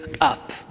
Up